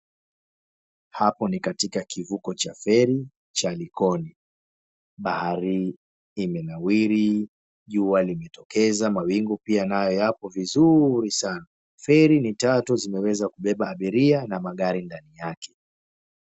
Hapo ni katika kivuko cha feri cha likoni, bahari imenawiri, jua limejitokeza mawingu nayo yapo vizuri sana. Feri ni tatu zimeweza kubeba abiria na magari ndani yake.